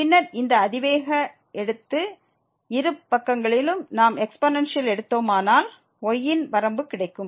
பின்னர் இந்த இரு பக்கங்களிலும் நாம் எக்ஸ்பொனன்சியல் எடுத்தோமானால் y ன் வரம்பு கிடைக்கும்